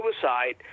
suicide—